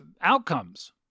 outcomes